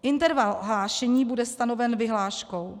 Interval hlášení bude stanoven vyhláškou.